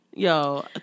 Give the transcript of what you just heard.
Yo